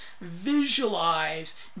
visualize